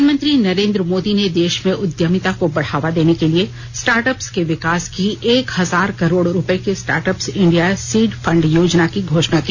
प्रधानमंत्री नरेन्द्र मोदी ने देश में उद्यमिता को बढावा देने के लिए स्टार्टअप्स के विकास की एक हजार करोड रूपये की स्टार्टअप्स इंडिया सीड फंड योजना की घोषणा की